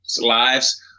lives